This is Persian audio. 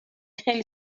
خیلی